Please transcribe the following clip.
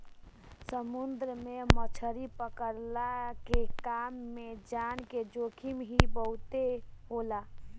समुंदर में मछरी पकड़ला के काम में जान के जोखिम ही बहुते होला